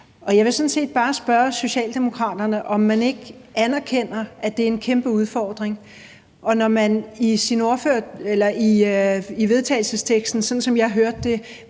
set bare spørge Socialdemokraterne, om man ikke anerkender, at det er en kæmpe udfordring. Og når man i vedtagelsesteksten, sådan som jeg hørte det,